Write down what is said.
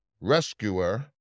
rescuer